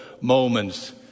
moments